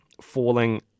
falling